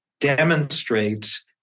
demonstrates